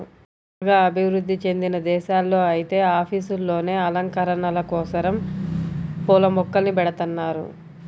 బాగా అభివృధ్ధి చెందిన దేశాల్లో ఐతే ఆఫీసుల్లోనే అలంకరణల కోసరం పూల మొక్కల్ని బెడతన్నారు